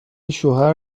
شوهر